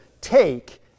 take